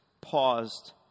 paused